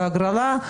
בהגרלה,